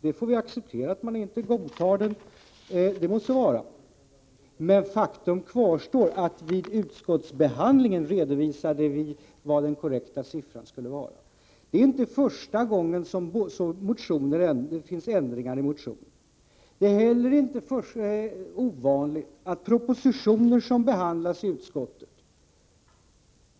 Det må så vara, det får vi acceptera, men faktum kvarstår: Vid utskottsbehandlingen redovisade vi den korrekta siffran. Det är inte första gången som det förekommer ändringar i motioner. Det är heller inte ovanligt att propositioner som behandlas i utskottet